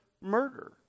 murder